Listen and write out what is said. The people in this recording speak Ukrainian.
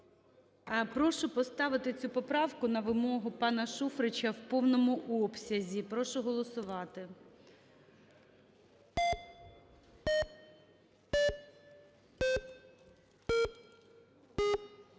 Прошу поставити цю поправку на вимогу пана Шуфрича в повному обсязі. Прошу голосувати.